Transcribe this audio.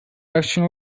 auction